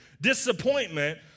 Disappointment